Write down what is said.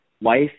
wife